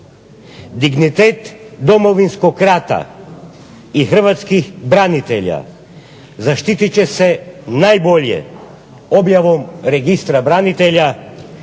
dignitet Domovinskog rata i hrvatskih branitelja zaštitit će se najbolje objavom registra branitelja